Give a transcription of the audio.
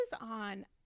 on